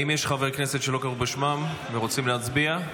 האם יש חברי כנסת שלא קראו בשמם ורוצים להצביע?